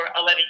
11